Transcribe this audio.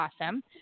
awesome